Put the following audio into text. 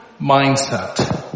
mindset